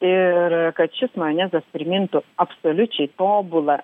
ir kad šis majonezas primintų absoliučiai tobulą